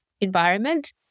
environment